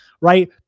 right